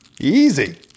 easy